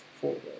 forward